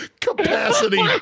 Capacity